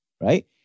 right